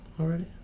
already